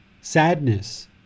sadness